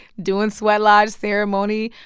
doing sweat lodge ceremony.